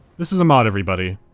this is a mod, everybody.